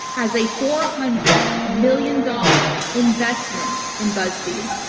has a four hundred million dollars investment in buzzfeed.